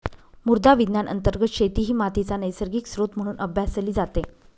मृदा विज्ञान अंतर्गत शेती ही मातीचा नैसर्गिक स्त्रोत म्हणून अभ्यासली जाते